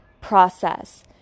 process